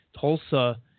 Tulsa